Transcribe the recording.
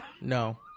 No